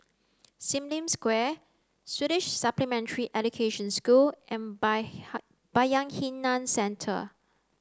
Sim Lim Square Swedish Supplementary Education School and Bayanihan Center